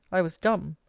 i was dumb.